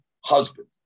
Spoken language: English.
husband